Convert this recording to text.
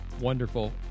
wonderful